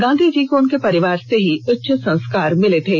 गांधी जी को उनके परिवार से ही उच्च संस्कार मिले थे